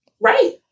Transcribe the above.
Right